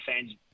fans